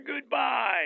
goodbye